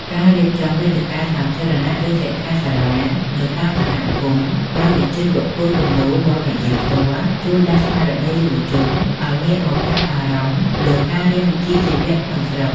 ការរៀបចំវេទិកាសាធារណៈ ឬសិក្ខាសាលានៅតាមសហគមន៍ដោយអញ្ជើញបុគ្គលគំរូមកនិយាយផ្ទាល់ ជួយដាស់ស្មារតីយុវជនឱ្យងាកមកចាប់អារម្មណ៍លើការរៀនវិជ្ជាជីវៈក្នុងស្រុក។